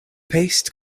paste